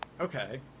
okay